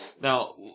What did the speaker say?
Now